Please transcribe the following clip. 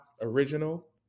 original